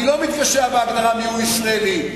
אני לא מתקשה בהגדרה מיהו ישראלי.